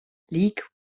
lig